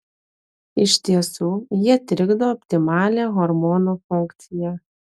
iš tiesų jie trikdo optimalią hormonų funkciją